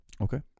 Okay